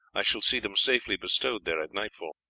i shall see them safely bestowed there at nightfall.